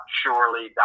surely